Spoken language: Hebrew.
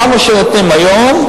כמה שנותנים היום,